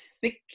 thick